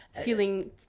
Feeling